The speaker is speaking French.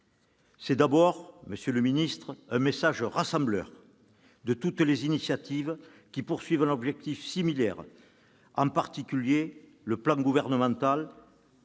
C'est d'abord, monsieur le ministre, un message rassembleur de toutes les initiatives qui poursuivent un objectif similaire et, en particulier, le plan gouvernemental